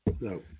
No